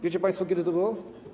Wiecie państwo, kiedy to było?